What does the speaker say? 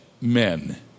men